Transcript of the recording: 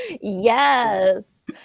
Yes